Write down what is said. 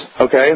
Okay